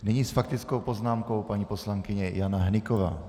Nyní s faktickou poznámkou paní poslankyně Jana Hnyková.